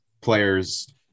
players